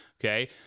Okay